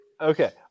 okay